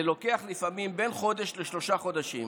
זה לוקח לפעמים בין חודש לשלושה חודשים.